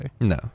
No